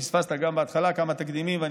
פספסת גם בהתחלה כמה תקדימים,